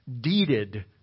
deeded